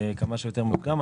כמה שיותר מוקדם.